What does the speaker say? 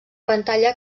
pantalla